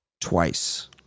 Twice